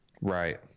right